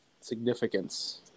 significance